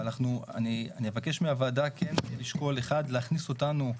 ואני אבקש מהוועדה כן לשקול להכניס אותנו,